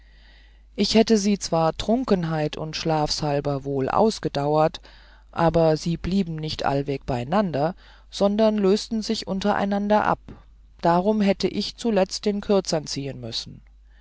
ich hätte sie zwar trunkenheit und schlafs halber wohl ausgedauret aber sie verblieben nicht allweg beieinander sondern lösten sich untereinander ab darum hätte ich zuletzt den kürzern ziehen müssen